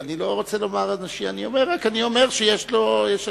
אני לא רוצה לומר אנשים, אני רק אומר שיש לנו.